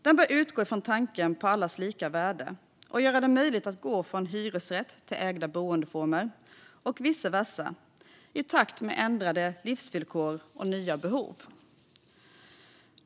Den bör utgå ifrån tanken om allas lika värde och göra det möjligt att gå från hyresrätt till ägda boendeformer och vice versa i takt med ändrade livsvillkor och nya behov.